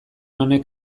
honek